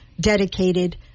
dedicated